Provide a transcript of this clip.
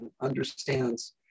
understands